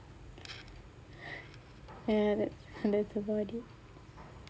yeah that that’s about it